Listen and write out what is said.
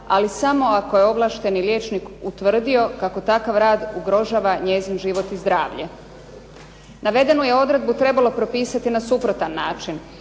ali samo ako je ovlašteni liječnik utvrdio kako takav rad ugrožava njezin život i zdravlje. Navedenu je odredbu trebalo propisati na suprotan način,